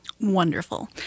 Wonderful